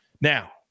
Now